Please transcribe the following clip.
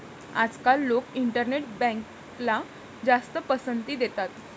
आजकाल लोक इंटरनेट बँकला जास्त पसंती देतात